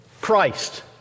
Christ